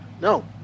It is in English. No